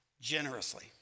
generously